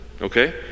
okay